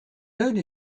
only